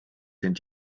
sind